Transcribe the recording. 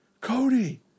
Cody